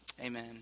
Amen